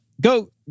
Go